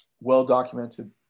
well-documented